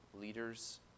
leaders